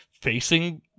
facing